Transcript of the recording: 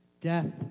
Death